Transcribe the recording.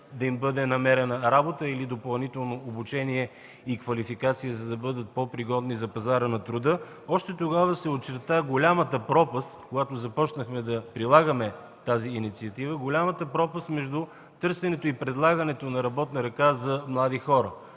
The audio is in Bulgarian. да им бъде намерена работа или допълнително обучение и квалификация, за да бъдат по-пригодни за пазара на труда, още тогава се очерта голямата пропаст – когато започнахме да прилагаме тази инициатива – между търсенето и предлагането на работна ръка за млади хора.